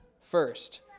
first